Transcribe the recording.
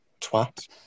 Twat